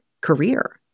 career